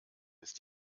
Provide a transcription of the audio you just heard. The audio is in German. ist